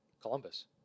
Columbus